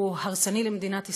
שהוא הרסני למדינת ישראל,